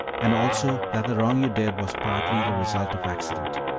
and also that the wrong you did was partly the result of accident.